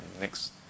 next